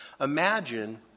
Imagine